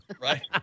Right